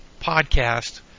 podcast